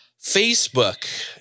Facebook